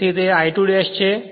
તેથી આ તે I2 ' છે